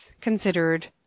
considered